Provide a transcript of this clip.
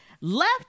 left